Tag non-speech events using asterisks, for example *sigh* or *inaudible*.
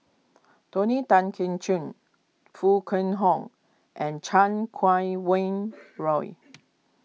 Tony Tan Keng Choon Foo Kwee Horng and Chan Kum Wah Roy *noise*